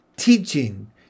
teaching